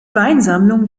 weinsammlung